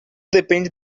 depende